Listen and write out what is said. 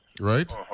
right